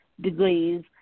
degrees